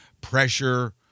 pressure